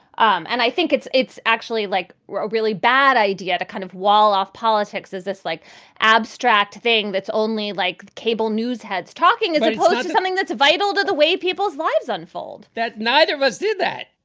um and i think it's it's actually like a really bad idea to kind of wall off politics as this like abstract thing that's only like cable news heads talking is something that's vital to the way people's lives unfold that neither of us did that.